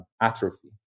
atrophy